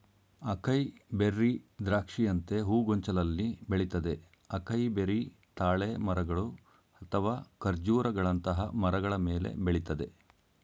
acai berry ದ್ರಾಕ್ಷಿಯಂತೆ ಹೂಗೊಂಚಲಲ್ಲಿ ಬೆಳಿತದೆ ಅಕೈಬೆರಿ ತಾಳೆ ಮರಗಳು ಅಥವಾ ಖರ್ಜೂರಗಳಂತಹ ಮರಗಳ ಮೇಲೆ ಬೆಳಿತದೆ